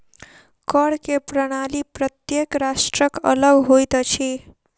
कर के प्रणाली प्रत्येक राष्ट्रक अलग होइत अछि